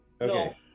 Okay